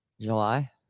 July